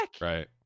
right